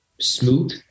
smooth